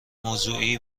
موضوعی